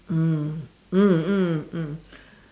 mm mm mm mm